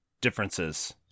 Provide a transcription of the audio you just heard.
differences